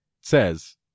says